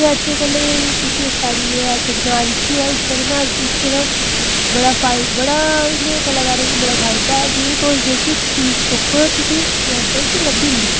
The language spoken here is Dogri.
ते अज्जै कल्लै दे जेह्के साढ़ी एह् ऐ टक्नोलाजी ऐ उसदे कन्नै अस दिक्खचै तां बड़ा फायदा बड़ा इनें कलाकारें गी बड़ा फायदा ऐ कि के तुस जेह्के चीज़ तुप्पो तुसेंगी मैंटें च लब्भी जंदी